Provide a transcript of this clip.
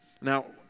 Now